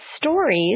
stories